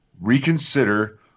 reconsider